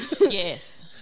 Yes